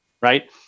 right